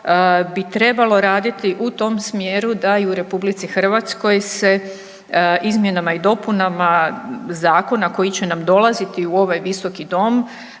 bi trebalo raditi u tom smjeru da i u RH se izmjenama i dopunama zakona koji će nam dolaziti u ovaj visoki dom